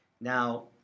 Now